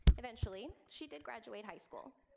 eventually, she did graduate high school,